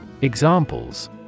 Examples